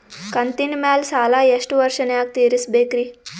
ಕಂತಿನ ಮ್ಯಾಲ ಸಾಲಾ ಎಷ್ಟ ವರ್ಷ ನ್ಯಾಗ ತೀರಸ ಬೇಕ್ರಿ?